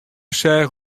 seach